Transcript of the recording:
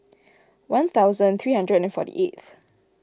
one thousand three hundred and forty eighth